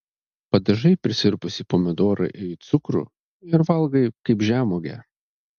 padažai prisirpusį pomidorą į cukrų ir valgai kaip žemuogę